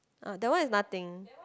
ah that one is nothing